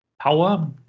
power